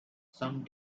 some